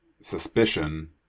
suspicion